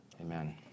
amen